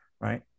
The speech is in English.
right